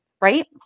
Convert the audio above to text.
right